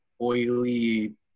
oily